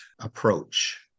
approach